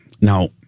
Now